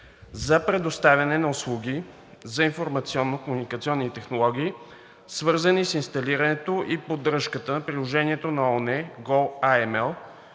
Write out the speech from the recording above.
за предоставяне на услуги за информационно-комуникационни технологии, свързани с инсталирането и поддръжката на приложението на ООН goAML,